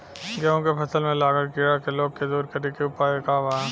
गेहूँ के फसल में लागल कीड़ा के रोग के दूर करे के उपाय का बा?